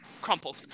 Crumpled